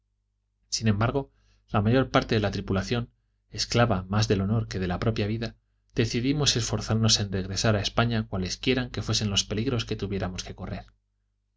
sin embargo la mayor parte de la tri pulación esclava más del honor que de la propia vida decidimos esforzarnos en regresar a españa cualesquie ra que fuesen los peligros que tuviéramos que correr